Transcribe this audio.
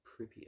Pripyat